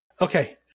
Okay